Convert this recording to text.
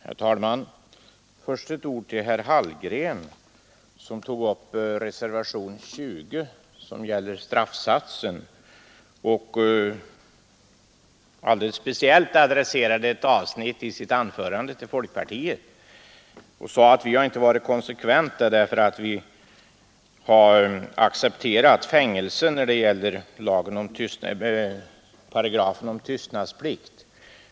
Herr talman! Först några ord till herr Hallgren, som tog upp reservationen 20 om straffsatsen vid överträdelse av förordnande om arbetsförmedlingstvång och speciellt adresserade ett avsnitt i sitt anförande till folkpartiet. Han sade att vi inte hade varit konsekventa eftersom vi accepterat fängelse när det gäller paragrafen om tystnadsplikt.